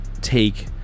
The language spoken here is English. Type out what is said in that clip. take